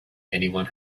anyone